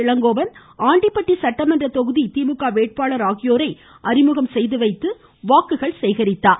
இளங்கோவன் ஆண்டிப்பட்டி சட்டமன்ற தொகுதி திமுக வேட்பாளர் ஆகியோரை அறிமுகம் செய்து வைத்து வாக்குகள் சேகரித்தார்